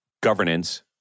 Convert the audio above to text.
governance